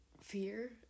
fear